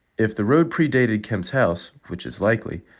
if the road predated kemp's house, which is likely,